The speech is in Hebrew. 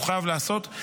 הוא חייב להיעשות.